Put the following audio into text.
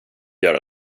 göra